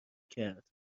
کرد